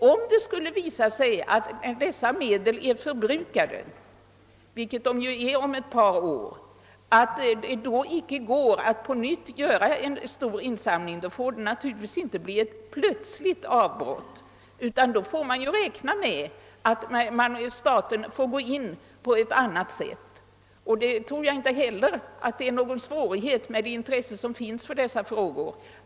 Om det skulle visa sig att dessa medel är förbrukade — vilket de kommer att vara om ett par år — och det då inte är möjligt att på nytt göra en stor insamling får det naturligtvis inte bli ett plötsligt avbrott, utan då får vi räkna med att staten måste ge större anslag än nu. Jag tror inte heller att detta kommer att innebära någon svårighet med hänsyn till det intresse som finns för dessa frågor.